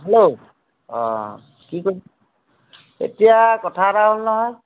hello অ কি কৰি এতিয়া কথা এটা হ'ল নহয়